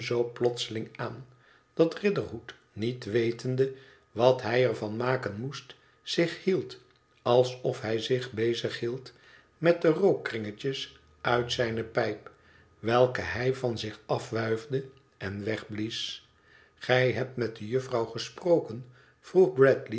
plotseling aan dat riderhood niet wetende wat hij er van maken moest zich hield alsof hij zich bezig hield met de rookkringetjes uit zijne pijp welke hij van zich afwuifde en wegblies gij hebt met de juffrouw gesproken vroeg